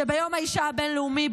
שביום האישה הבין-לאומי,